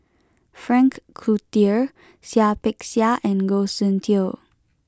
Frank Cloutier Seah Peck Seah and Goh Soon Tioe